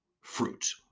fruit